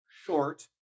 short